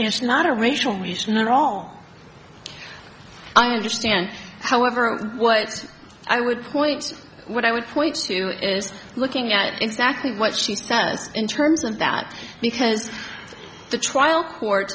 it's not a racial reason at all i understand however what i would point what i would point to is looking at exactly what she said in terms of that because the trial court